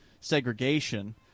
segregation